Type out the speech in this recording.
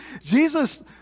Jesus